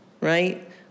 right